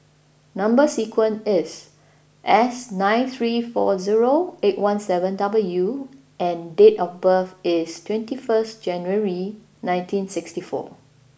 number sequence is S nine three four zero eight one seven W and date of birth is twenty first January nineteen sixty four